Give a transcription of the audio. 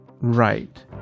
right